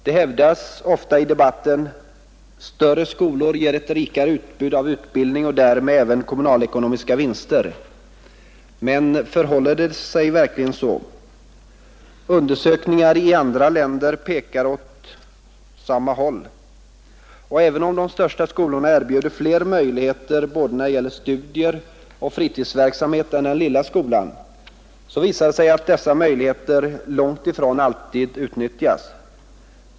Det hävdas ofta i debatten: Större skolor ger ett rikare utbud av utbildning och därmed även kommunalekonomiska vinster. Men förhåller det sig verkligen så? Undersökningar i andra länder pekar alla åt samma håll. Även om de största skolorna erbjuder fler möjligheter både när det gäller studier och fritidsverksamhet än den lilla skolan, så visar det sig att dessa möjligheter långt ifrån alltid utnyttjas.